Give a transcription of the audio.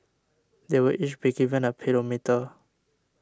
they will each be given a pedometer